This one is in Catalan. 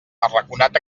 arraconat